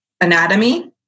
anatomy